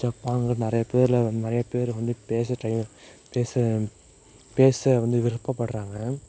Japan இங்குட்டு நிறையப் பேரில் நிறையப் பேரு வந்து பேச ட்ரை பேச பேச வந்து விருப்பப்படறாங்க